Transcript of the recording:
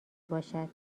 باشد